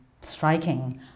striking